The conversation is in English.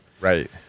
Right